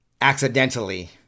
accidentally